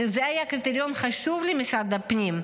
זה היה קריטריון חשוב למשרד הפנים,